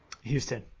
Houston